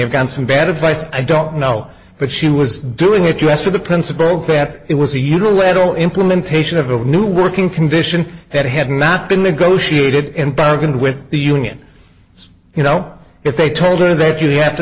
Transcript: have got some bad advice i don't know but she was doing it us for the principle that it was a unilateral implementation of a new working condition that had not been negotiated and bargained with the union you know if they told her that you have to